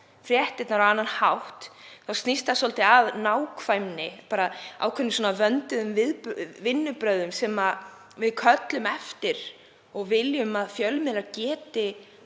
fréttirnar á annan hátt. Þá snýst það svolítið um nákvæmni, bara ákveðin vönduð vinnubrögð sem við köllum eftir og viljum að fjölmiðlar hafi